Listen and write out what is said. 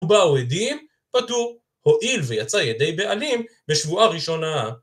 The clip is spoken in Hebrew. ובאו עדים, פטור. הועיל ויצא ידי בעלים בשבועה ראשונה